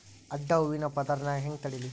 ಅಡ್ಡ ಹೂವಿನ ಪದರ್ ನಾ ಹೆಂಗ್ ತಡಿಲಿ?